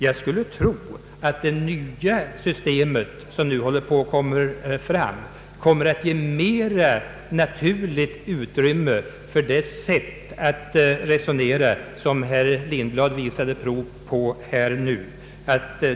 Jag skulle tro att det nya system som håller på att växa fram kommer att ge ett mera naturligt utrymme för det sätt att resonera som herr Lindblad visade prov på.